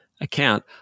account